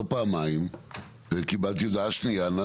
ולא פעמיים קיבלתי הודעה שנייה שאומרת לי נא